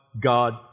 God